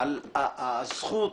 על הזכות